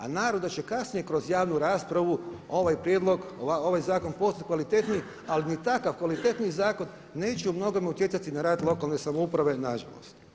A naravno da će kasnije kroz javnu raspravu ovaj prijedlog, ovaj zakon postati kvalitetniji ali ni takav kvalitetniji zakon neće u mnogome utjecati na rad lokalne samouprave, nažalost.